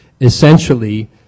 Essentially